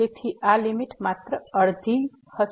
તેથી આ લીમીટ માત્ર અડધી હશે